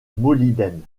molybdène